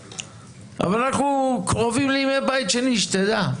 אבל אנחנו קרובים לימי בית שני, שתדע.